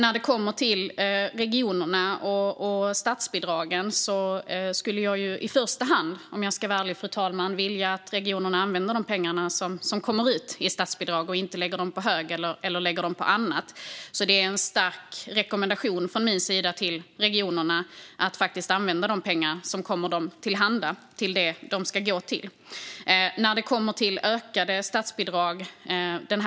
Fru talman! Vad gäller regionerna och statsbidragen skulle jag i första hand, om jag ska vara ärlig, vilja att regionerna använde de pengar som kommer till dem genom statsbidragen och inte lägger dem på hög eller på annat. Det är en stark rekommendation från min sida till regionerna att använda de pengar som kommer dem till del till det som dessa pengar ska gå till. Karin Rågsjö talade om ökade statsbidrag.